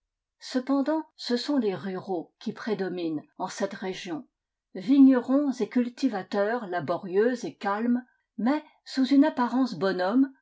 cependant ce sont les ruraux qui prédominent en cette région vignerons et cultivateurs laborieux et calmes mais sous une apparence bonhomme